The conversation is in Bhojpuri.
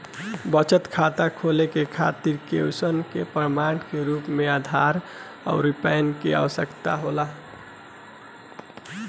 बचत खाता खोले के खातिर केवाइसी के प्रमाण के रूप में आधार आउर पैन कार्ड के आवश्यकता होला